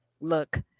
look